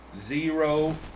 zero